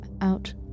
out